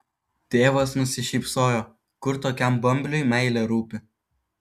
tėvas nusišypsojo kur tokiam bambliui meilė rūpi